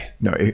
no